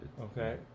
okay